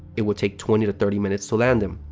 it would take twenty to thirty minutes to land them.